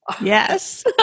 Yes